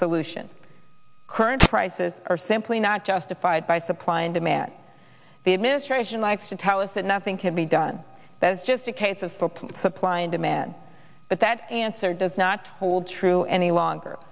solution current prices are simply not justified by supply and demand the administration likes to tell us that nothing can be done that is just a case of supply and demand but that answer does not hold true any longer